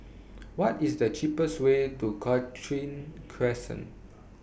What IS The cheapest Way to Cochrane Crescent